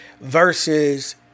versus